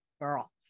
Girl